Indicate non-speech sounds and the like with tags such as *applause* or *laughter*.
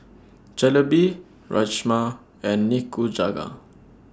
*noise* Jalebi Rajma and Nikujaga